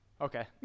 Okay